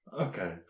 Okay